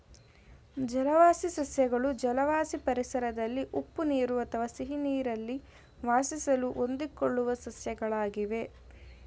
ಜಲವಾಸಿ ಸಸ್ಯಗಳು ಜಲವಾಸಿ ಪರಿಸರದಲ್ಲಿ ಉಪ್ಪು ನೀರು ಅಥವಾ ಸಿಹಿನೀರಲ್ಲಿ ವಾಸಿಸಲು ಹೊಂದಿಕೊಳ್ಳುವ ಸಸ್ಯಗಳಾಗಿವೆ